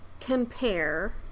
compare